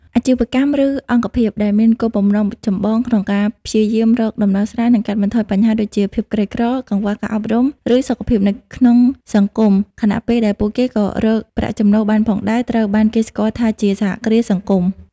អាជីវកម្ម ឬអង្គភាពដែលមានគោលបំណងចម្បងក្នុងការព្យាយាមរកដំណោះស្រាយ និងកាត់បន្ថយបញ្ហាដូចជា ភាពក្រីក្រ កង្វះការអប់រំ ឬសុខភាព នៅក្នុងសង្គម ខណៈពេលដែលពួកគេក៏រកប្រាក់ចំណូលបានផងដែរ ត្រូវបានគេស្គាល់ថាជា សហគ្រាសសង្គម។